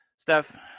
Steph